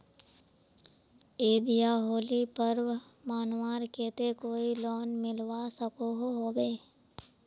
ईद या होली पर्व मनवार केते कोई लोन मिलवा सकोहो होबे?